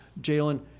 Jalen